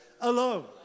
alone